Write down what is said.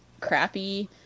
crappy